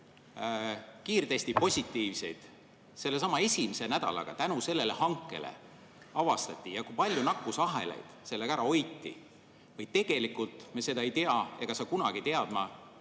kiirtestide tulemusi sellesama esimese nädalaga tänu sellele hankele avastati ja kui palju nakkusahelaid sellega ära hoiti? Või noh, tegelikult me seda ei tea ega saa kunagi teadma,